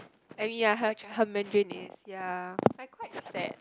I mean ya her her Mandarin is ya like quite sad